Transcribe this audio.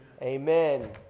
amen